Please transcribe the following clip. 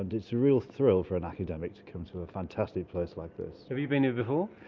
and it's a real thrill for an academic to come to a fantastic place like this. have you been ah before?